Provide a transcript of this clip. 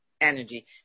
energy